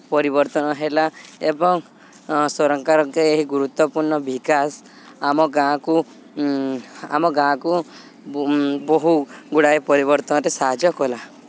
ପରିବର୍ତ୍ତନ ହେଲା ଏବଂ ସରକାରଙ୍କ ଏହି ଗୁରୁତ୍ୱପୂର୍ଣ୍ଣ ବିକାଶ ଆମ ଗାଁକୁ ଆମ ଗାଁକୁ ବହୁ ଗୁଡ଼ାଏ ପରିବର୍ତ୍ତନରେ ସାହାଯ୍ୟ କଲା